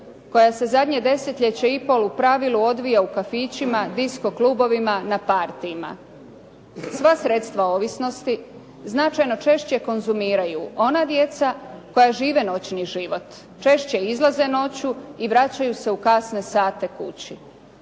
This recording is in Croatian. koja se zadnje desetljeće i po pravilu odvija u kafićima, diskoklubovima, na partyjima. Sva sredstva ovisnosti značajno češće konzumiraju ona djeca koja žive noćni život, češće izlaze noću i vraćaju se u kasne sate kući.